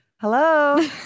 Hello